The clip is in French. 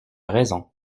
raison